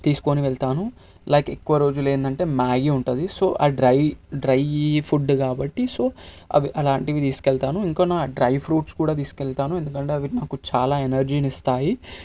తీసుకొని వెళ్తాను లైక్ ఎక్కువ రోజులు ఏంటంటే మ్యాగీ ఉంటుంది సో డ్రై డ్రై ఫుడ్డు కాబట్టి అలాంటివి తీసుకెళ్తాను సో ఇంక నా డ్రై ఫ్రూట్స్ కూడా తీసుకెళ్తాను ఎందుకంటే నాకు చాలా ఎనర్జీనిస్తాయి